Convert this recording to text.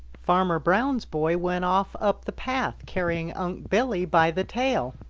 farmer brown's boy went off up the path carrying unc' billy by the tail.